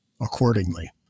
accordingly